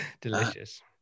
delicious